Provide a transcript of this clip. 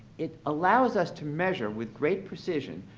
it allows us to measure, with great precision,